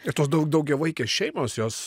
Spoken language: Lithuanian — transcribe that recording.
tos dau daugiavaikės šeimos jos